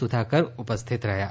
સુધાકર ઉપસ્થિત રહ્યા